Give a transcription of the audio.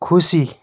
खुसी